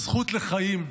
הזכות לחיים,